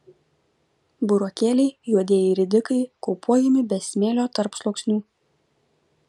burokėliai juodieji ridikai kaupuojami be smėlio tarpsluoksnių